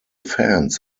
fans